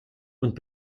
und